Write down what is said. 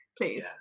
please